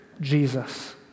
Jesus